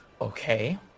Okay